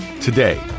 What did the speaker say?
Today